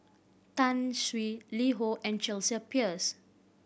Tai Sun LiHo and Chelsea Peers